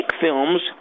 films